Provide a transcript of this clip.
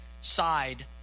side